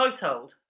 household